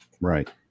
Right